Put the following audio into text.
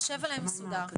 נשב עליהם במסודר.